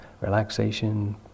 relaxation